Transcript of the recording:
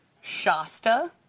Shasta